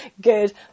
good